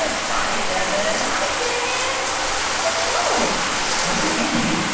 ah bye, dennis bye, dennis. what was that all about? what does it say, mindy?